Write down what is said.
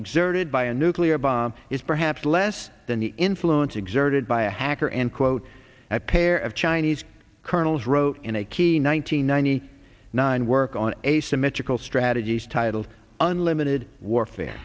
exerted by a nuclear bomb is perhaps less than the influence exerted by a hacker and quote a pair of chinese colonels wrote in a key nine hundred ninety nine work on asymmetrical strategies titled unlimited warfare